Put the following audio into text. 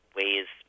ways